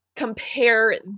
Compare